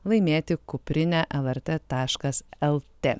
laimėti kuprinę lrt taškas lt